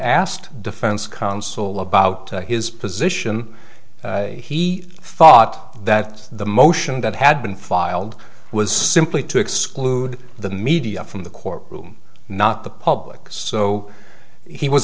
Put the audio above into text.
asked defense counsel about his position he thought that the motion that had been filed was simply to exclude the media from the court room not the public so he was